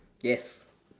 yes